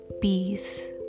peace